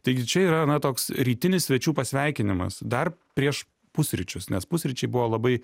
taigi čia yra na toks rytinis svečių pasveikinimas dar prieš pusryčius nes pusryčiai buvo labai